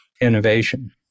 innovation